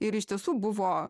ir iš tiesų buvo